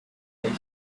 brick